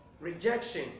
Rejection